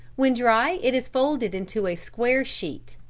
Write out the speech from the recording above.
when dry it is folded into a square sheet,